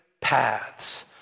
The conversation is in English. paths